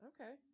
Okay